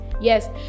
Yes